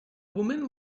woman